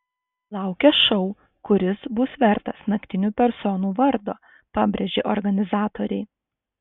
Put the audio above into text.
laukia šou kuris bus vertas naktinių personų vardo pabrėžė organizatoriai